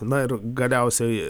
na ir galiausiai